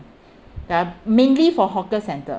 they are mainly for hawker centre